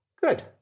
Good